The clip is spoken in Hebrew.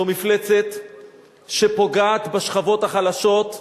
זו מפלצת שפוגעת בשכבות החלשות,